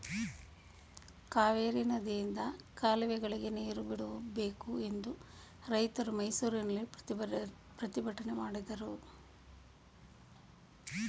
ಕಾವೇರಿ ನದಿಯಿಂದ ಕಾಲುವೆಗಳಿಗೆ ನೀರು ಬಿಡಬೇಕು ಎಂದು ರೈತರು ಮೈಸೂರಿನಲ್ಲಿ ಪ್ರತಿಭಟನೆ ಮಾಡಿದರು